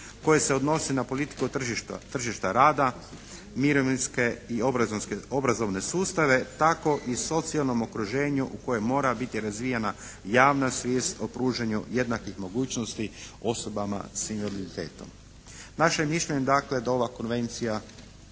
koje se odnosi na politiku tržišta rada, mirovinske i obrazovne sustave, tako i socijalnom okruženju u kojem mora biti razvijena javna svijest o pružanju jednakih mogućnosti osobama s invaliditetom. Naše je mišljenje dakle da ova Konvencija